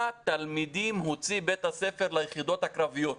תלמידים הוציא בית הספר ליחידות הקרביות.